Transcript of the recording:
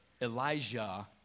Elijah